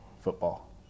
football